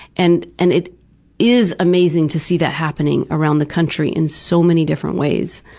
and and it is amazing to see that happening around the country in so many different ways.